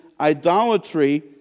idolatry